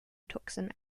tucson